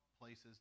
places